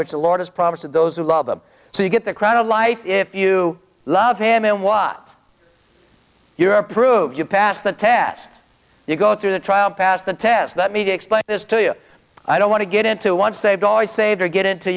which the lord has promised that those who love them so you get the crown of life if you love him and watch your approved you pass the tast you go through the trial and pass the test that me to explain this to you i don't want to get into once saved always saved or get into